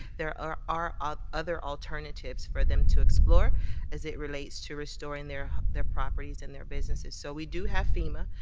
there are are ah other alternatives for them to explore as it relates to restoring their properties and their businesses, so we do have fema,